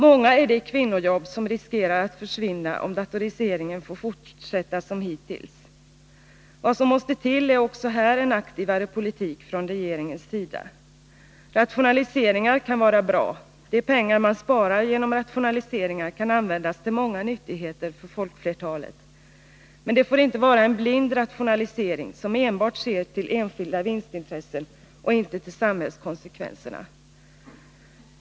Många är de kvinnojobb som riskerar att försvinna, om datoriseringen får fortsätta som hittills. Vad som måste till här är också en aktivare politik från regeringens sida. Rationaliseringar kan vara bra — de pengar man sparar genom rationaliseringar kan användas till många nyttigheter för folkflertalet. Men det får inte vara en blind rationalisering, som enbart ser till enskilda vinstintressen och inte till samhällskonsekvenserna.